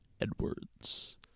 Edwards